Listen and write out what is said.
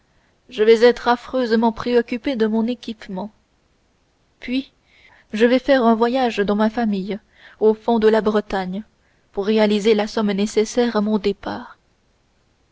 je vais être affreusement préoccupé de mon équipement puis je vais faire un voyage dans ma famille au fond de la bretagne pour réaliser la somme nécessaire à mon départ